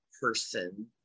person